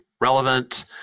relevant